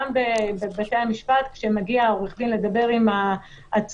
גם בבתי המשפט, כשמגיע העורך דין לדבר עם העצור,